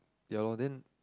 ya lor then